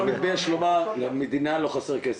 אני לא מתבייש לומר, למדינה לא חסר כסף,